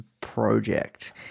project